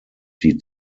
die